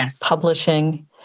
publishing